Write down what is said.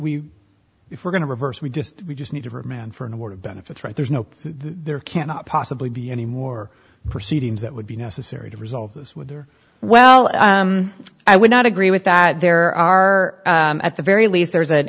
we if we're going to reverse we just we just need to remand for an award of benefits right there's no there cannot possibly be any more proceedings that would be necessary to resolve this with their well i would not agree with that there are at the very least there is an